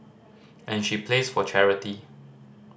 and she plays for charity